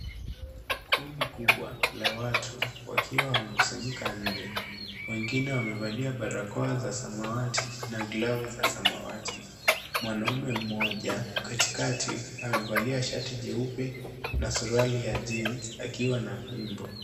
Kundi kubwa la watu, wakiwa wamekusanyika nje. Wengine wamevalia barakoa za samawati na glavu za samawati. Mwanaume mmoja katikati amevalia sharti jeupe na suruali ya jinsi akiwa na fimbo.